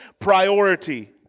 priority